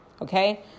okay